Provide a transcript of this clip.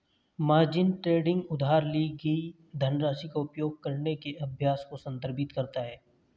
margin trading उधार ली गई धनराशि का उपयोग करने के अभ्यास को संदर्भित करता है